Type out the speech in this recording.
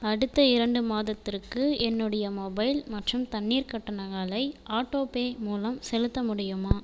அடுத்த இரண்டு மாதத்திற்கு என்னுடைய மொபைல் மற்றும் தண்ணீர் கட்டணங்களை ஆட்டோபே மூலம் செலுத்த முடியுமா